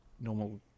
normal